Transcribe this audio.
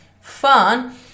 fun